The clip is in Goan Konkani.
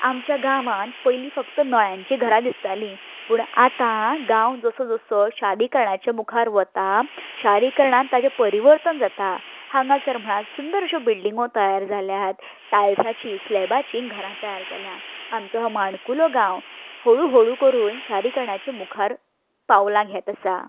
आमच्या गांवांन पयलीं फक्त नळ्यांचें घरां दिसतालीं पूण आतां गांव जसो जसो शारीकरणाच्या मुखार वता शारीकरणान ताचें परिवर्तन जाता हांगासर सुंदर अश्यो बिल्डिंगो तयार जाल्यात टायल्साची स्लॅबाचीं घरां तयार जाल्या आमचो हो माणकुलो गांव हळुहळू करून शारीकरणाच्या मुखार पावलां घेत आसा